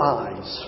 eyes